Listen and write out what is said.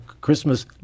Christmas